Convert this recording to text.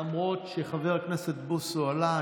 למרות שחבר הכנסת בוסו עלה,